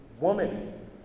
woman